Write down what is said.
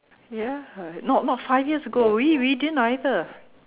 ya no no five years ago we we didn't either